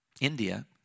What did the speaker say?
India